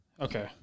Okay